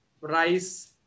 rice